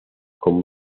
con